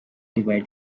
divide